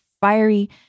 fiery